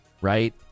right